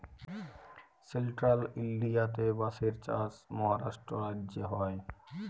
central ইলডিয়াতে বাঁশের চাষ মহারাষ্ট্র রাজ্যে হ্যয়